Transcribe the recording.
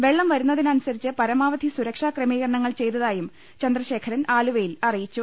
വെള്ളം വരു ന്നതിനനുസരിച്ച് പരമാവധി സുരക്ഷാ ക്രമീകരണങ്ങൾ ചെയ്ത തായും ചന്ദ്രശേഖരൻ ആലുവയിൽ അറിയിച്ചു